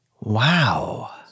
Wow